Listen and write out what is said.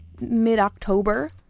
mid-October